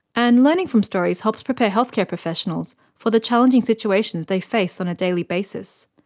and learning from stories helps prepare healthcare professionals for the challenging situations they face on a daily basis.